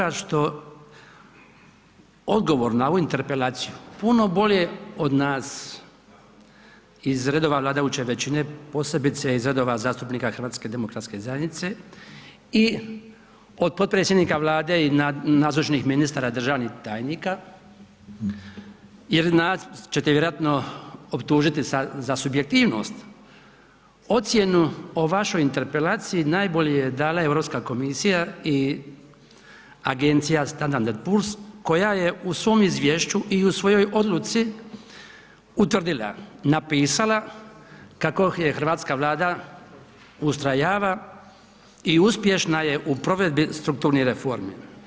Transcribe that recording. Zbog toga što odgovor na ovu interpelaciju puno bolje od nas iz redova vladajuće većine, posebice iz redova zastupnika HDZ-a i od potpredsjednika Vlade i nazočnih ministara, državnih tajnika jer nas ćete vjerojatno optužiti sad za subjektivnost, ocjenu o vašoj interpelaciji najbolje je dala Europska komisija i Agencija Standard & Poors koja je u svom izvješću i u svojoj odluci utvrdila, napisala kako je Hrvatska Vlada ustrajava i uspješna je u provedbi strukturnih reformi.